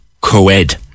co-ed